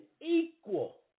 equal